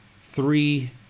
three